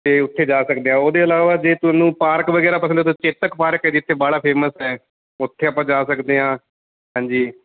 ਤਾਂ ਉੱਥੇ ਜਾ ਸਕਦੇ ਹਾਂ ਉਹਦੇ ਇਲਾਵਾ ਜੇ ਤੁਹਾਨੂੰ ਪਾਰਕ ਵਗੈਰਾ ਪਸੰਦ ਹੈ ਤਾਂ ਚੇਤਕ ਪਾਰਕ ਹੈ ਜਿੱਥੇ ਵਾਹਲਾ ਫੇਮਸ ਹੈ ਉੱਥੇ ਆਪਾਂ ਜਾ ਸਕਦੇ ਹਾਂ ਹਾਂਜੀ